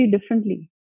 differently